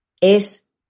es